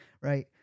right